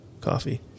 coffee